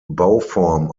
bauform